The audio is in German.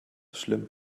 schlimm